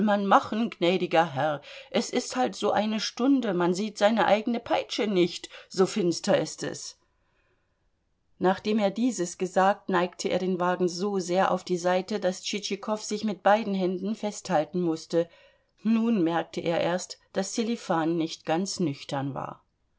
machen gnädiger herr es ist halt so eine stunde man sieht seine eigene peitsche nicht so finster ist es nachdem er dieses gesagt neigte er den wagen so sehr auf die seite daß tschitschikow sich mit beiden händen festhalten mußte nun merkte er erst daß sselifan nicht ganz nüchtern war